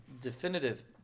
definitive